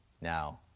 now